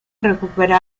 recuperó